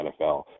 NFL